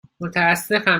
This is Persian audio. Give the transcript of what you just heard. متأسفم